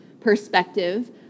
perspective